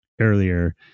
earlier